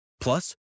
Plus